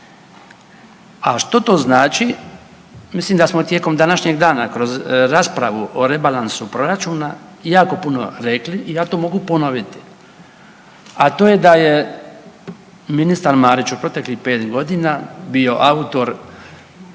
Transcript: A što to znači, mislim da smo tijekom današnjeg dana kroz raspravu o rebalansu proračuna jako puno rekli i jako puno ponoviti, a to je da je ministar Marić u proteklih pet godina bio autor